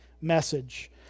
message